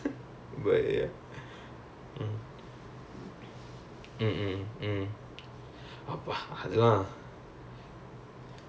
ya then he also he will like intern with like start ups and all that ya then now he tried to create his own application also